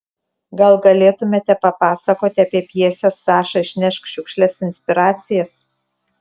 gal galėtumėte papasakoti apie pjesės saša išnešk šiukšles inspiracijas